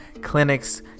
clinics